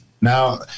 now